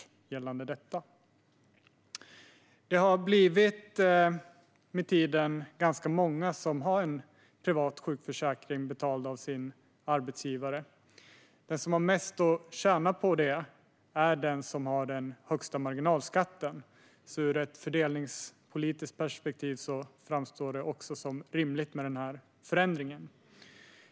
Det har med tiden blivit ganska många som har en privat sjukförsäkring betald av sin arbetsgivare. Den som har mest att tjäna på det är den som har den högsta marginalskatten, så också ur ett fördelningspolitiskt perspektiv framstår det som rimligt med denna förändring.